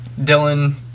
Dylan